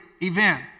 event